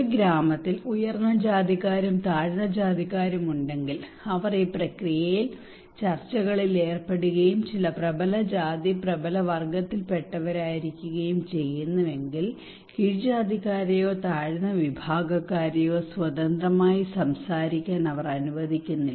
ഒരു ഗ്രാമത്തിൽ ഉയർന്ന ജാതിക്കാരും താഴ്ന്ന ജാതിക്കാരും ഉണ്ടെങ്കിൽ അവർ ഈ പ്രക്രിയയിൽ ചർച്ചകളിൽ ഏർപ്പെടുകയും ചില പ്രബലജാതി പ്രബല വർഗത്തിൽ പെട്ടവരായിരിക്കുകയും ചെയ്യുന്നുവെങ്കിൽ കീഴ്ജാതിക്കാരെയോ താഴ്ന്ന വിഭാഗക്കാരെയോ സ്വതന്ത്രമായി സംസാരിക്കാൻ അവർ അനുവദിക്കുന്നില്ല